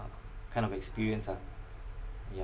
~(uh) kind of experience ah yeah